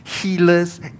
healers